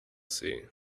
see